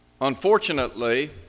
Unfortunately